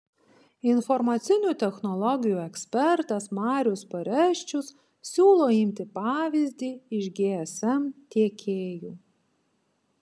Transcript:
informacinių technologijų ekspertas marius pareščius siūlo imti pavyzdį iš gsm tiekėjų